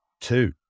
two